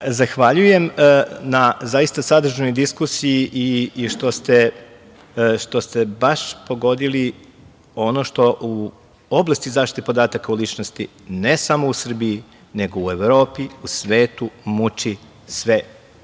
Zahvaljujem na zaista sadržajnoj diskusiji i što ste baš pogodili ono što u oblasti zaštite podataka o ličnosti ne samo u Srbiji, nego u Evropi, u svetu, muči sve